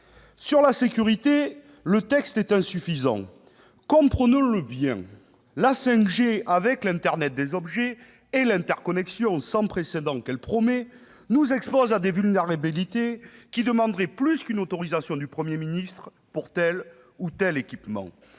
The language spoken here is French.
la sécurité, le texte est insuffisant. Comprenons-le bien, la 5G, avec l'internet des objets et l'interconnexion sans précédent qu'elle promet, nous expose à des vulnérabilités qui exigent plus qu'une autorisation du Premier ministre pour tel ou tel équipement.